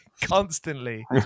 constantly